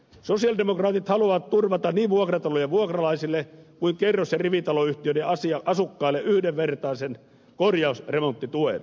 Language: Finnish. sosialidemokraatit haluavat turvata niin vuokratalojen vuokralaisille kuin kerros ja rivitaloyhtiöiden asukkaille yhdenvertaisen korjausremonttituen